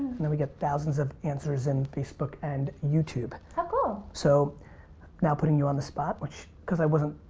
then we get thousands of answers in facebook and youtube. how cool? so now putting you on the spot which cause i wasn't,